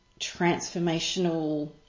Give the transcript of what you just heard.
transformational